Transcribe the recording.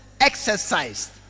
exercised